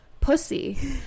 pussy